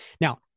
Now